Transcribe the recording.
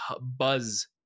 buzz